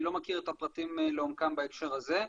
אני לא מכיר את הפרטים לעומקם בהקשר הזה.